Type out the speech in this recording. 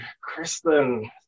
Kristen